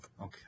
Okay